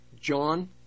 John